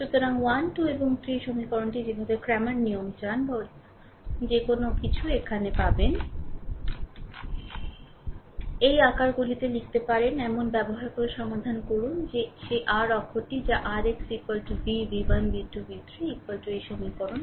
সুতরাং 1 2 এবং 3 সমীকরণটি যেভাবে ক্র্যামার নিয়ম চান বা যে কোনও কিছু এখানে পাবেন এই আকারগুলিতে লিখতে পারেন এমন ব্যবহার করে সমাধান করুন সেই r অক্ষটি যা r x v v1 v2 v3 এই সমীকরণ